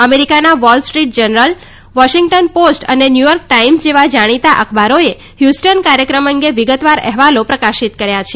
અમેરિકાના Wall Street Journal Washington Post અને New York Times જેવા જાણિતા અખબારોએ હ્યૂસ્ટન કાર્યક્રમ અંગે વિગતવાર અહેવાલો પ્રકાશિત કર્યા છે